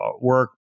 work